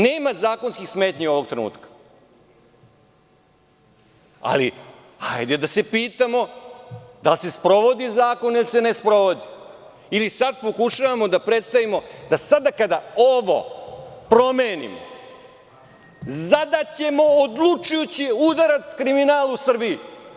Nema zakonskih smetnji ovog trenutka, ali hajde da se pitamo da li se sprovodi zakon ili se ne sprovodi ili sad pokušavamo da predstavimo da sada kada ovo promenimo zadaćemo odlučujući udarac kriminalu u Srbiji.